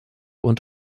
und